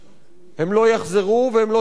הם לא יחזרו, והם לא צריכים לחזור.